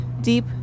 deep